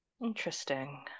Interesting